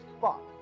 fuck